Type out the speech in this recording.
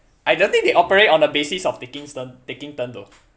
I don't think they operate on a basis of taking turns taking turn though